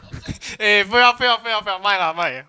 eh 不要不要不要不要 mai lah mai